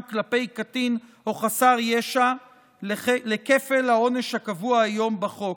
כלפי קטין או חסר ישע לכפל העונש הקבוע היום בחוק.